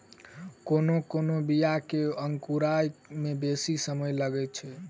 कोनो कोनो बीया के अंकुराय मे बेसी समय लगैत छै